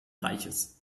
reichs